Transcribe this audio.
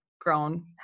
grown